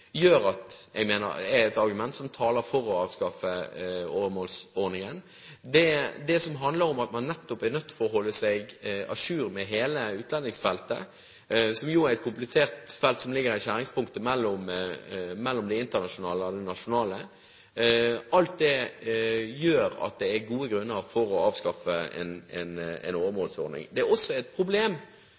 er et argument som taler for å avskaffe åremålsordningen. Alt det som handler om at man nettopp er nødt til å holde seg à jour med hele utlendingsfeltet – som jo er et komplisert felt som ligger i skjæringspunktet mellom det internasjonale og det nasjonale – gjør at det er gode grunner for å avskaffe en åremålsordning. Det er også et problem,